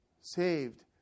saved